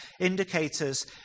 indicators